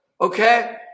Okay